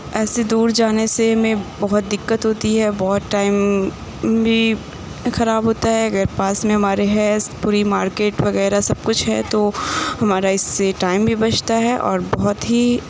ایسے دور جانے سے میں بہت دقت ہوتی ہے بہت ٹائم بھی خراب ہوتا ہے اگر پاس میں ہمارے ہے پوری مارکیٹ وغیرہ سب کچھ ہے تو ہمارا اِس سے ٹائم بھی بچتا ہے اور بہت ہی